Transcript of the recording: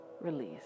Release